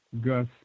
Gus